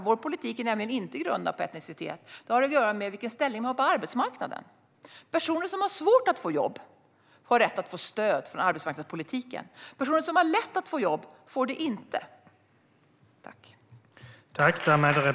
Vår politik är nämligen inte grundad på etnicitet. Det här har att göra med vilken ställning man har på arbetsmarknaden. Personer som har svårt att få jobb har rätt att få stöd från arbetsmarknadspolitiken. Personer som har lätt att få jobb får inte stöd.